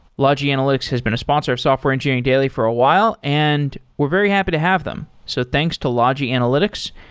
logi analytics has been a sponsor of software engineering daily for a while, and we're very happy to have them. so thanks to logi analytics,